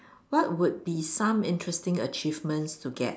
what would be some interesting achievements to get